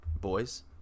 boys